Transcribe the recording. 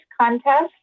contest